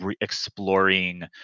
exploring